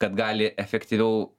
kad gali efektyviau